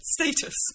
Status